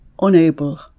unable